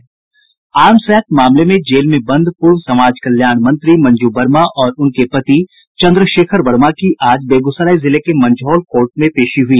arms act मामले में jail में बंद पूर्व समाज कल्याण मंत्री मंजू वर्मा और उनके पति चन्द्रशेखर वर्मा की आज बेगूसराय जिले के मंझौल कोर्ट में पेशी हुई